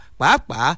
Papa